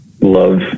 love